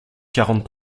quarante